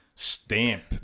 stamp